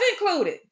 included